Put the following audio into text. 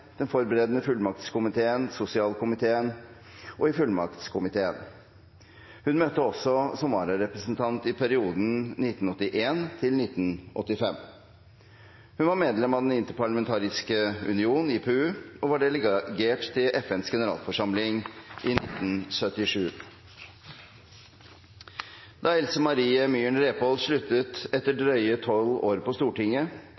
den forberedende fullmaktskomiteen, sosialkomiteen og fullmaktskomiteen. Hun møtte også som vararepresentant i perioden 1981–1985. Hun var varamedlem av Den interparlamentariske union, IPU, og var delegat til FNs generalforsamling i 1977. Da Else Marie Myhren Repål sluttet etter drøye tolv år på Stortinget,